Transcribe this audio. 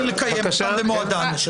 -- שאין מניעה מלקיים אותן במועדן.